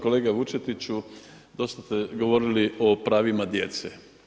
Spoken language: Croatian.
Kolega Vučetiću, dosta ste govorili o pravima djece.